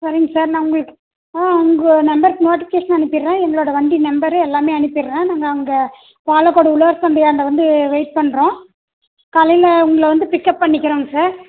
சரிங்க சார் நான் உங்களுக்கு ஆ உங்கள் நம்பருக்கு நோட்டிஃபிகேஷன் அனுப்பிவிடுறேன் எங்களோட வண்டி நம்பரு எல்லாமே அனுப்பிவிடுறேன் நாங்கள் அங்கே பாலக்கோடு உழவர் சந்தையான்ட வந்து வெயிட் பண்ணுறோம் காலையில உங்களை வந்து பிக்கப் பண்ணிக்கிறேங்க சார்